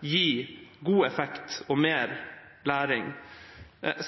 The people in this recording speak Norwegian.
gi god effekt og mer læring.